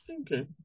Okay